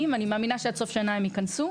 ואני מאמינה שעד סוף השנה הקרובה הם ייכנסו.